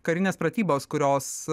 karinės pratybos kurios